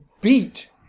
beat